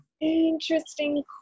interesting